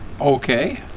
Okay